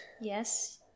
Yes